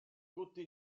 tutti